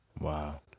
Wow